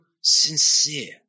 sincere